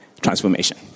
transformation